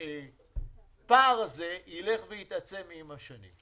הפער הזה ילך ויתעצם עם השנים.